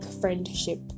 friendship